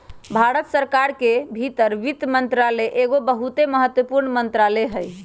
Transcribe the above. भारत सरकार के भीतर वित्त मंत्रालय एगो बहुते महत्वपूर्ण मंत्रालय हइ